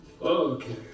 Okay